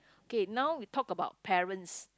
K now we talk about parents